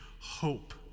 hope